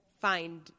find